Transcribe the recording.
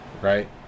Right